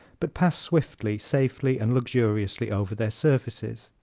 but pass swiftly, safely and luxuriously over their surfaces.